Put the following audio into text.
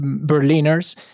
Berliners